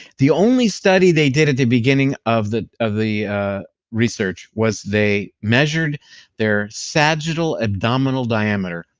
the only study they did at the beginning of the of the research was they measured their sagittal abdominal diameter.